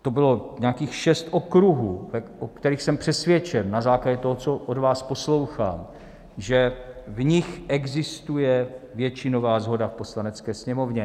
To bylo nějakých šest okruhů, o kterých jsem přesvědčen na základě toho, co od vás poslouchám, že v nich existuje většinová shoda v Poslanecké sněmovně.